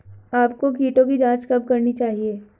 आपको कीटों की जांच कब करनी चाहिए?